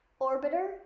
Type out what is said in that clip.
orbiter